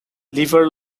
lever